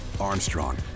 Armstrong